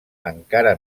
encara